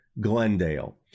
Glendale